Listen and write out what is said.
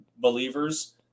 believers